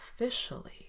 officially